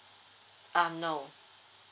um no